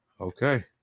Okay